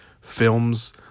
films